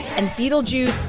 and beetlejuice.